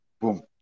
boom